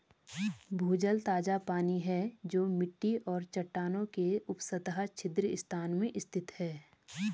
भूजल ताजा पानी है जो मिट्टी और चट्टानों के उपसतह छिद्र स्थान में स्थित है